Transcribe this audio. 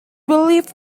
believe